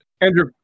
Andrew